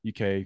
UK